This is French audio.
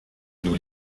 nous